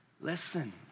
listen